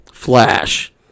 Flash